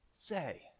say